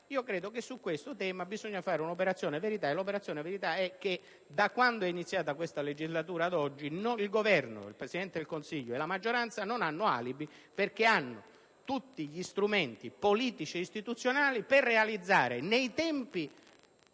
Credo che su questo tema bisogna fare un'operazione verità e la verità è che dall'inizio della legislatura ad oggi il Governo, il Presidente del Consiglio e la maggioranza non hanno alibi, perché hanno tutti gli strumenti politici ed istituzionali per raggiungere, nei tempi